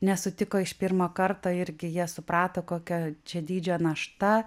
nesutiko iš pirmo karto irgi jie suprato kokio čia dydžio našta